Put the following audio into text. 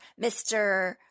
Mr